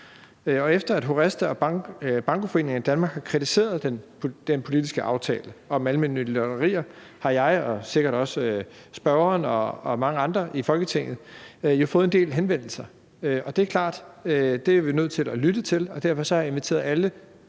Efter at HORESTA og Bankoforeningerne i Danmark har kritiseret den politiske aftale om almennyttige lotterier, har jeg og sikkert også spørgeren og mange andre i Folketinget jo fået en del henvendelser. Og det er klart, at det er vi nødt til at lytte til, og derfor har jeg inviteret alle